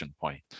point